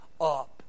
up